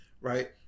right